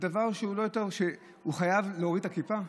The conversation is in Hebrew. דבר שהוא לא טוב, שהוא חייב להוריד את הכיפה?